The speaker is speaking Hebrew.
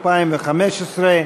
שמבקשות להפחית מתקציב משרד הכלכלה,